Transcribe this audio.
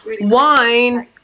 wine